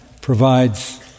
provides